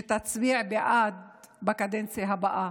תצביע בעד גם בקדנציה הבאה.